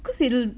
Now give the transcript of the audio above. cause we've to